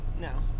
No